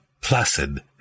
placid